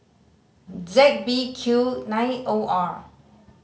Z B Q nine O R